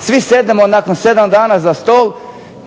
svi sjednemo nakon 7 dana za stol,